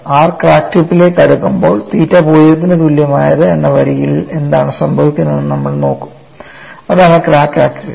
R crack ടിപ്പിലേക്ക് അടുക്കുമ്പോൾ തീറ്റ 0 ന് തുല്യമായത് എന്ന വരിയിൽ എന്താണ് സംഭവിക്കുന്നതെന്ന് നമ്മൾ നോക്കും അതാണ് ക്രാക്ക് ആക്സിസ്